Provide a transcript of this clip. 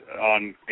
on